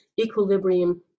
equilibrium